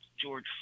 George